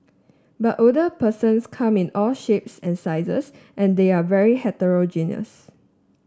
but older persons come in all shapes and sizes and they're very heterogeneous